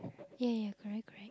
ya ya correct correct